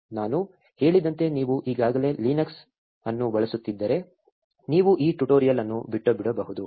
ನಾನು ಹೇಳಿದಂತೆ ನೀವು ಈಗಾಗಲೇ ಲಿನಕ್ಸ್ ಅನ್ನು ಬಳಸುತ್ತಿದ್ದರೆ ನೀವು ಈ ಟ್ಯುಟೋರಿಯಲ್ ಅನ್ನು ಬಿಟ್ಟುಬಿಡಬಹುದು